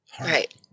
Right